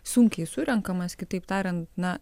sunkiai surenkamas kitaip tariant na